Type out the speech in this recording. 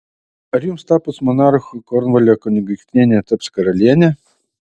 ar jums tapus monarchu kornvalio kunigaikštienė taps karaliene